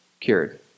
cured